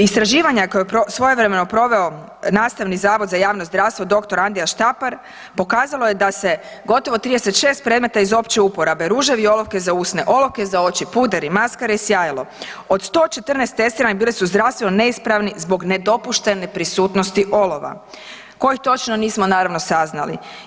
Istraživanja koja je svojevremeno proveo Nastavni zavod za javno zdravstvo „Dr. Andrija Štampar“ pokazalo je da se gotovo 36 predmeta iz opće uporabe, ruževi i olovke za usne, olovke za oči, puderi, maskare i sjajilo, od 114 testiranih bili su zdravstveno neispravni zbog nedopuštene prisutnosti olova, kojih točno nismo naravno saznali.